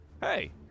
Hey